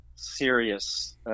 serious